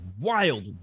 wild